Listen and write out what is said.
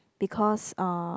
because uh